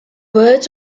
words